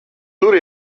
tur